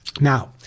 now